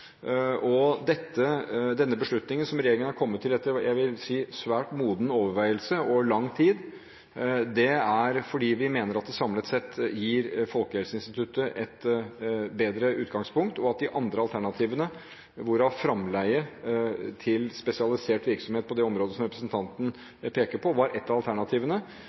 Denne beslutningen har regjeringen kommet til, etter svært moden overveielse og lang tid, fordi vi mener at det samlet sett vil gi Folkehelseinstituttet et bedre utgangspunkt, og et av alternativene var fremleie til spesialisert virksomhet på det området som representanten peker på, men vi kom altså til at dette var det beste. Jeg vil bare understreke betydningen av